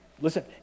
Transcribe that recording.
Listen